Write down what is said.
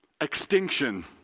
extinction